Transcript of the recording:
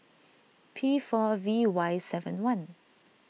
P four V Y seven one